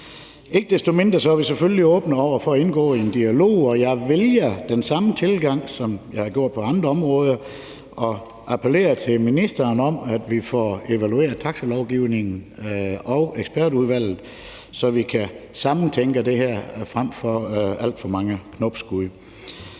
Ikke desto mindre er vi selvfølgelig åbne over for at indgå i en dialog, og jeg vælger den samme tilgang, som jeg har gjort på andre områder, og jeg appellerer til ministeren om, at vi får evalueret taxilovgivningen og det, der kommer fra ekspertudvalget, så vi kan sammentænke det her i stedet for at have alt for mange knopskud.